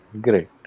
Great